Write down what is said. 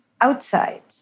outside